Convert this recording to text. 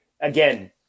again